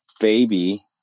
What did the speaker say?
baby